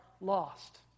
lost